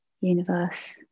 universe